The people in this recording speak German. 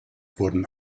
wurden